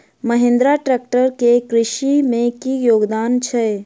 Mahindra tractor केँ कृषि मे की योगदान छै?